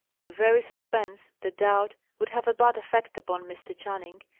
the very suspense, the doubt, would have a bad effect upon mr. channing.